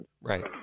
Right